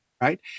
right